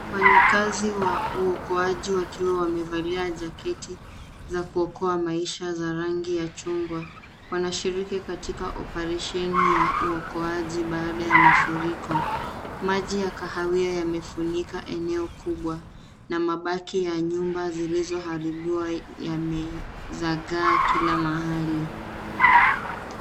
Mfanyikazi wa uokoaji wakiwa wamevalia jaketi za kuokoa maisha za rangi ya chungwa. Wanashiriki katika operesheni ya uokoaji baada ya mafuriko. Maji ya kahawia yamefunika eneo kubwa na mabaki ya nyumba zilizoharibikiwa yamezagaa kila mahali.